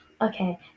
okay